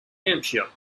hampshire